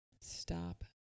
Stop